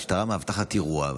משטרה מאבטחת אירוע,